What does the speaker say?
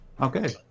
okay